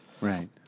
Right